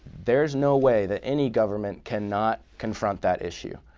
there is no way that any government can not confront that issue.